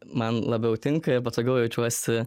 man labiau tinka ir patogiau jaučiuosi